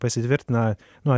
pasitvirtina nu